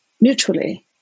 mutually